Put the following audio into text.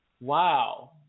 wow